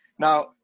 Now